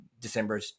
December